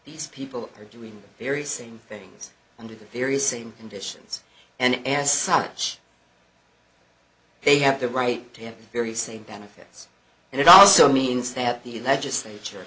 these people are doing very same things under the very same conditions and as such they have the right to have very same benefits and it also means that the legislature